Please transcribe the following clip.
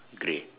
grey